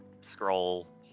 scroll